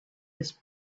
this